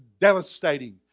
devastating